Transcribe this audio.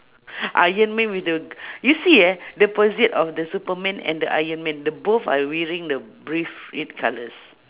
iron man with the you see ah of the superman and ironman the both are wearing the brief red colours